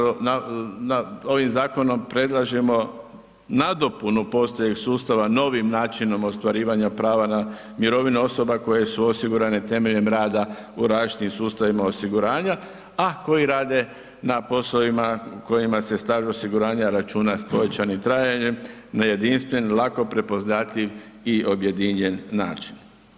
Ovim zakonom predlažemo nadopunu postojećeg sustava novim načinom ostvarivanja prava na mirovine osoba koje su osigurane temeljem rada u različitim sustavima osiguranja, a koji rade na poslovima kojima se staž osiguranja računa s povećanim trajanjem, na jedinstven, lako prepoznatljiv i objedinjen način.